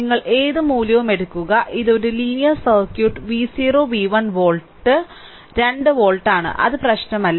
നിങ്ങൾ ഏത് മൂല്യവും എടുക്കുക ഇത് ഒരു linear circuit V0 1 volt 2 volt ആണ് അത് പ്രശ്നമല്ല